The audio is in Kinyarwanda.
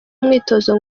umwitozo